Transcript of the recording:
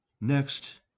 Next